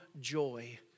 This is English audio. joy